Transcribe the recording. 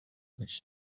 بشه